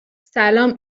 سلام